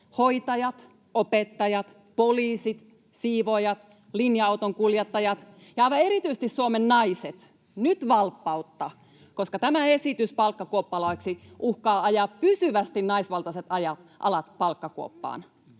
Hoitajat, opettajat, poliisit, siivoojat, linja-autonkuljettajat ja aivan erityisesti Suomen naiset, nyt valppautta, koska tämä esitys palkkakuoppalaiksi uhkaa ajaa naisvaltaiset alat pysyvästi palkkakuoppaan.